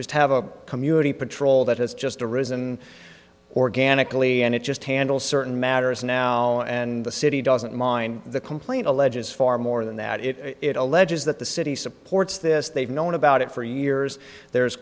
just have a community patrol that has just arisen organically and it just handle certain matters now and the city doesn't mind the complaint alleges far more than that it alleges that the city supports this they've known about it for years there's